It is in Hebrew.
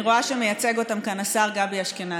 אני רואה שמייצג אותם כאן השר גבי אשכנזי.